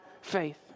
faith